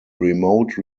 remote